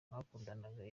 mwakundanaga